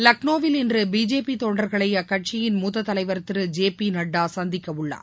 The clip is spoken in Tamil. லக்ளோவில் இன்று பிஜேபி தொண்டர்களை அக்கட்சியின் மூத்தத்தலைவர் திரு ஜே பி நட்டா சந்திக்கவுள்ளார்